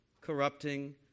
corrupting